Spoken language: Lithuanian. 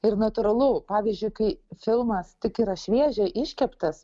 ir natūralu pavyzdžiui kai filmas tik yra šviežiai iškeptas